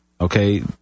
okay